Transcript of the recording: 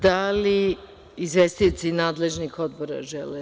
Da li izvestioci nadležnih odbora žele reč?